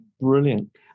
Brilliant